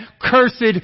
cursed